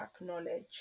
acknowledge